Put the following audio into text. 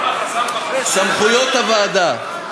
סמכויות הוועדה: